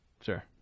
sure